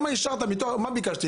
מה ביקשתי?